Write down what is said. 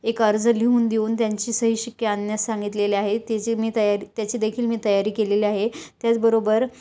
एक अर्ज लिहून देऊन त्यांची सही शिक्के आणण्यास सांगितलेले आहे त्याची मी तयारी त्याचीदेखील मी तयारी केलेली आहे त्याचबरोबर